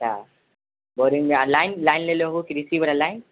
सएह boring line line लेलहुॅं हँ कृषि वला लाइन